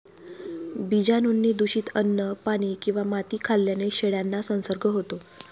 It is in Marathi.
बीजाणूंनी दूषित अन्न, पाणी किंवा माती खाल्ल्याने शेळ्यांना संसर्ग होतो